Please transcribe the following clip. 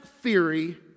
theory